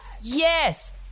Yes